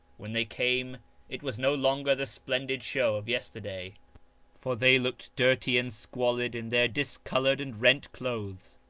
when they came it was no longer the splendid show of yesterday for they looked dirty and squalid in their discoloured and rent clothes.